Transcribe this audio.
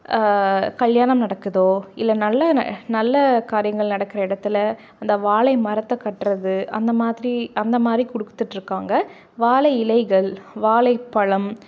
கல்யாணம் நடக்குதோ இல்லை நல்ல நல்ல காரியங்கள் நடக்கிற இடத்துல அந்த வாழை மரத்தை கட்டுறது அந்த மாதிரி அந்தமாதிரி கொடுத்துட்ருக்காங்க வாழை இலைகள் வாழை பழம்